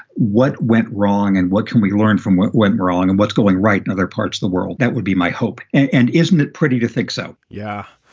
what went wrong and what can we learn from what went wrong and what's going right in other parts of the world? that would be my hope. and isn't it pretty to think so? yeah.